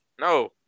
No